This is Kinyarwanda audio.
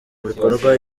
bikorwa